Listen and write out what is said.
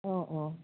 অঁ অঁ